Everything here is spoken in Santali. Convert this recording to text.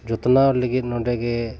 ᱡᱚᱛᱱᱟᱣ ᱞᱟᱹᱜᱤᱫ ᱱᱚᱸᱰᱮ ᱜᱮ